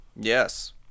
Yes